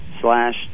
slash